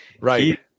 right